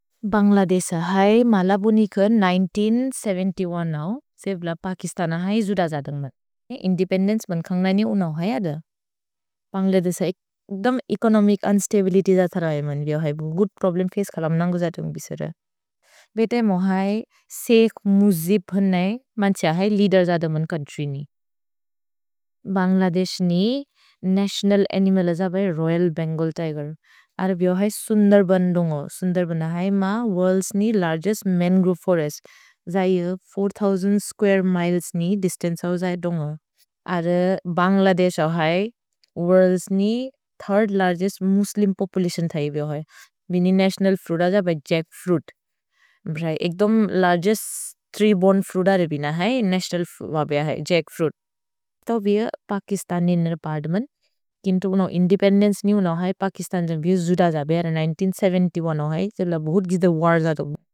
भन्ग्लदेश है मलबुनिक हज़ार नौ सौ सत्तर एक नओ। सेव्ल पकिस्तन है जुद जादमत्। इन्देपेन्देन्चे बन् खन्ग् ननि उनौ है अद। भन्ग्लदेश एक्दोम् एचोनोमिच् उन्स्तबिलित्य् ज थर है मन् बिहो है। गूद् प्रोब्लेम् फचे खलम् नन्गु जादम् बिसेर। भेते मो है शेइख् मुजिब् होन् नै। मन्छ है लेअदेर् जादमन् चोउन्त्र्य् नि। भन्ग्लदेशि नि नतिओनल् अनिमल् ज भै रोयल् भेन्गल् तिगेर्। अर् बिहो है सुन्दर्बन् दुन्गो। सुन्दर्बन् है म वोर्ल्द्'स् नि लर्गेस्त् मन्ग्रोवे फोरेस्त्। जायि चार हज़ार स्कुअरे मिलेस् नि दिस्तन्चे हो जायि दुन्गो। अर् भन्ग्लदेश है वोर्ल्द्'स् नि थिर्द् लर्गेस्त् मुस्लिम् पोपुलतिओन् थै बिहो है। भिनि नतिओनल् फ्रुद ज भै जच्क्फ्रुइत्। एक्दोम् लर्गेस्त् त्री बोर्ने फ्रुद र बिन है। नतिओनल् भिय है जच्क्फ्रुइत्। तौ भिय पकिस्तनि देपर्त्मेन्त्। इन्देपेन्देन्चे नि उनौ है। पकिस्तनि जुद ज भिय हज़ार नौ सौ सत्तर एक नओ है। सेव्ल बहुत् गिद वर् जादम्।